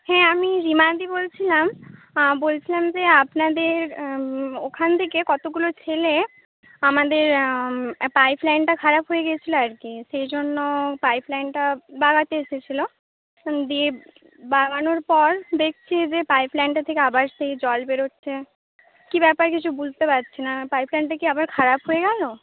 হ্যাঁ আমি রিমাদি বলছিলাম বলছিলাম যে আপনাদের ওখান থেকে কতগুলো ছেলে আমাদের পাইপ লাইনটা খারাপ হয়ে গেছিলো আর কি সেই জন্য পাইপ লাইনটা বাগাতে এসেছিল দিয়ে বাগানোর পর দেখছি যে পাইপ লাইনটা থেকে আবার সেই জল বেরোচ্ছে কী ব্যাপার কিছু বুঝতে পারছিনা পাইপ লাইনটা কি আবার খারাপ হয়ে গেল